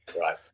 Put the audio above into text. Right